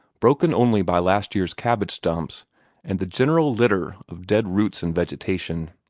broken only by last year's cabbage-stumps and the general litter of dead roots and vegetation.